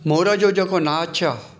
मोर जो जेको नाच आहे